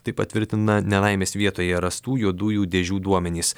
tai patvirtina nelaimės vietoje rastų juodųjų dėžių duomenys